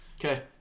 Okay